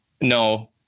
No